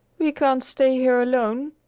we can't stay here alone!